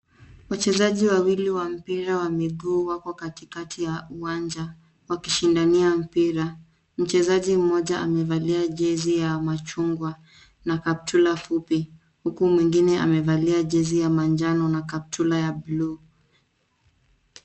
Wachezaji wawili wa mpira wa miguu wako katikati ya uwanja wakishindania mpira. Mchezaji mmoja amevalia jezi ya machungwa na kaptula fupi huku mwingine amevalia jezi ya manjano na kaptula ya bluu.